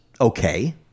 okay